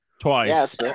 Twice